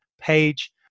page